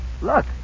Look